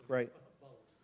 Right